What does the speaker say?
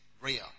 real